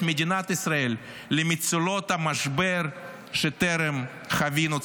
מדינת ישראל למצולות המשבר שטרם חווינו.